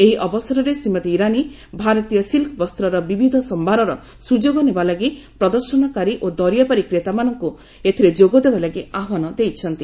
ଏହି ଅବସରରେ ଶ୍ରୀମତୀ ଇରାନୀ ଭାରତୀୟ ସିକ୍କ ବସ୍ତ୍ର ବିବିଧ ସମ୍ଭାରର ସୁଯୋଗ ନେବାଲାଗି ପ୍ରଦର୍ଶନକାରୀ ଓ ଦରିଆପାରି କ୍ରେତାମାନଙ୍କୁ ଏଥିରେ ଯୋଗଦେବା ଲାଗି ଆହ୍ପାନ ଦେଇଛନ୍ତି